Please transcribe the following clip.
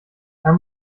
kann